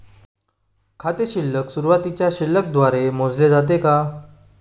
खाते शिल्लक सुरुवातीच्या शिल्लक द्वारे मोजले जाते का?